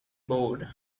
board